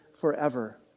forever